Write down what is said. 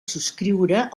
subscriure